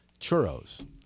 Churros